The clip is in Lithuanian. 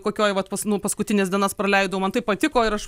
kokioj vat pas nu paskutines dienas praleidau man taip patiko ir aš